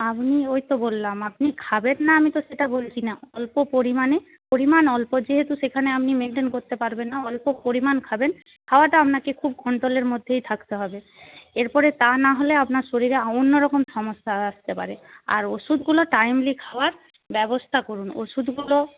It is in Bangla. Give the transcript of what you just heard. আপনি ওই তো বললাম আপনি খাবেন না আমি তো সেটা বলছি না অল্প পরিমাণে পরিমাণ অল্প যেহেতু সেখানে আপনি মেনটেন করতে পারবেন না অল্প পরিমান খাবেন খাওয়াটা আপনাকে খুব কন্ট্রোলের মধ্যেই থাকতে হবে এরপরে তা নাহলে আপনার শরীরে অন্য রকম সমস্যা আসতে পারে আর ওষুধগুলো টাইমলি খাওয়ার ব্যবস্থা করুন ওষুধগুলো